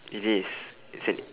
it is it's an